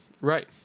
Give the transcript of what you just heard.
Right